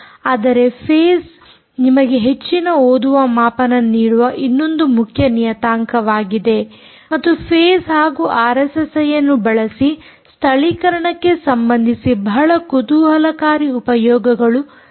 ಆದರೆ ಫೇಸ್ ನಿಮಗೆ ಹೆಚ್ಚಿನ ಓದುವ ಮಾಪನ ನೀಡುವ ಇನ್ನೊಂದು ಮುಖ್ಯ ನಿಯತಾಂಕವಾಗಿದೆ ಮತ್ತು ಫೇಸ್ ಹಾಗೂ ಆರ್ಎಸ್ಎಸ್ಐಯನ್ನು ಬಳಸಿ ಸ್ಥಳೀಕರಣಕ್ಕೆ ಸಂಬಂಧಿಸಿ ಬಹಳ ಕುತೂಹಲಕಾರಿ ಉಪಯೋಗಗಳು ಸಾಧ್ಯವಿದೆ